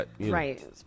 Right